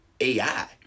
AI